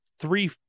three